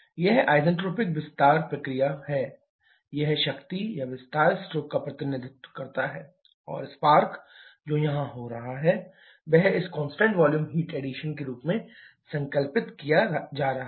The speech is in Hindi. यह आइसेंट्रोपिक विस्तार प्रक्रिया है यह शक्ति या विस्तार स्ट्रोक का प्रतिनिधित्व करता है और स्पार्क जो यहां हो रहा है वह इस कांस्टेंट वॉल्यूम हीट एडिशन के रूप में संकल्पित किया जा रहा है